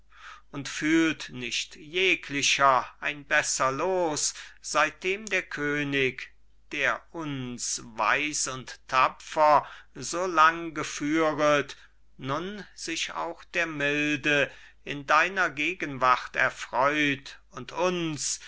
und fühlt nicht jeglicher ein besser loos seitdem der könig der uns weis und tapfer so lang geführet nun sich auch der milde in deiner gegenwart erfreut und uns